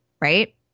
Right